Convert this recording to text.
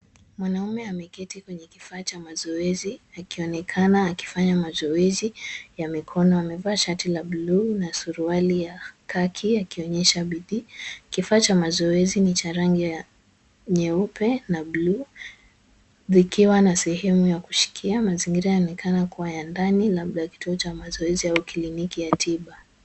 Mwanaume ameketi kwenye kifaa cha mazoezi akionekana akifanya mazoezi ya mikono. Amevaa shati la bluu na suruali ya kaki akionyesha bidii. Kifaa cha mazoezi ni cha rangi ya nyeupe na bluu, zikiwa na sehemu ya kushikia. Mazingira yanaonekana kuwa ya ndani labda kituo cha mazoezi au kliniki ya tiba.